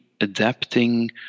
adapting